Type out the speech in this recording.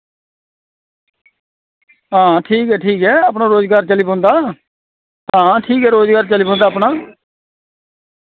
हां ठीक ऐ ठीक ऐ अपना रुजगार चली पौंदा हां ठीक ऐ रुजगार चली पौंदा अपना